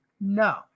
No